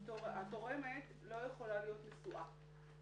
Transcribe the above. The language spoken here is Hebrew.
התורמת לא יכולה להיות נשואה.